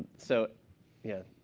so yeah.